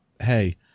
hey